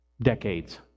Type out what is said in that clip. Decades